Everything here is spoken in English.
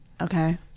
Okay